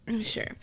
Sure